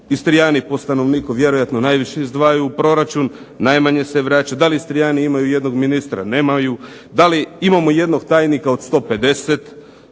Istrijani po stanovniku vjerojatno najviše izdvajaju u proračun, najmanje se vraća, da li Istrijani imaju ijednog ministra? Nemaju. Da li imamo jednog tajnika od 150